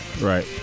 Right